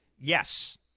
Yes